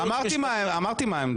אמרתי מה העמדה.